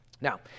Now